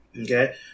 Okay